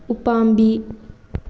ꯎꯄꯥꯝꯕꯤ